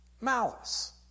malice